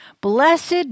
Blessed